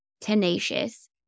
tenacious